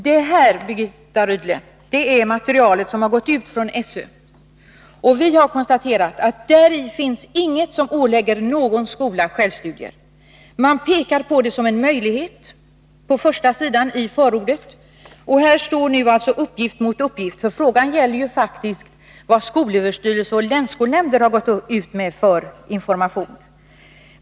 Det här, Birgitta Rydle, är det material som har gått ut från skolöverstyrelsen. Vi har konstaterat att däri finns ingenting som ålägger någon skola självstudier. Man pekar på detta som en möjlighet — på första sidan i förordet. Här står nu alltså uppgift mot uppgift, ty frågan gäller faktiskt vad skolöverstyrelsen och länsskolnämnder har gått ut med för information.